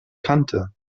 kannte